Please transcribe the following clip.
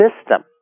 system